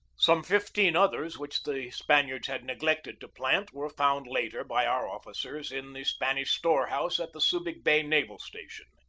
some fifteen others which the spaniards had neglected to plant were found later by our officers in the span ish storehouse at the subig bay naval station.